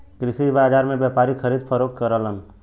कृषि बाजार में व्यापारी खरीद फरोख्त करलन